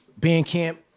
Bandcamp